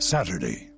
Saturday